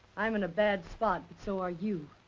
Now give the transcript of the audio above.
i'm in a bad spot, but so are you.